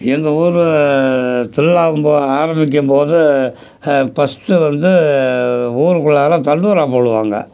எங்கள் ஊர் திருவிழாம்போ ஆரம்பிக்கும்போது பர்ஸ்ட்டு வந்து ஊருக்குள்ளார தண்டோரா போடுவாங்க